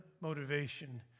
motivation